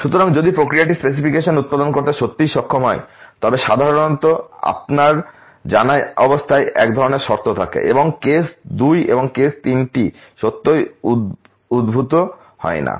সুতরাং যদি প্রক্রিয়াটি স্পেসিফিকেশন উৎপাদন করতে সত্যিই সক্ষম হয় তবে সাধারণত আপনার জানা অবস্থায় এক ধরণের শর্ত থাকে এবং কেস দুই এবং কেস তিনটি সত্যই উদ্ভূত হয় না